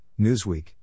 Newsweek